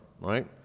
right